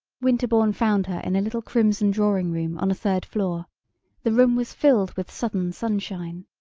winterbourne found her in a little crimson drawing room on a third floor the room was filled with southern sunshine.